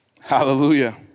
Hallelujah